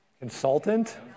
Consultant